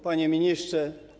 Panie Ministrze!